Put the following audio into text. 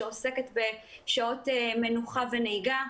שעוסקת בשעות מנוחה ונהיגה,